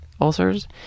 ulcers